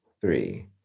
three